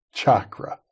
chakra